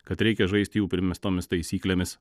kad reikia žaisti jų primestomis taisyklėmis